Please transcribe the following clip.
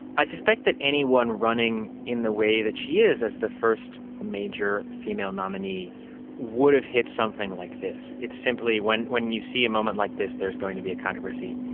i suspect that anyone running in the way that she is as the first major female nominee would have hit something like this. simply when when you see a moment like this there's going to be a controversy.